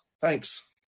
Thanks